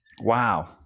Wow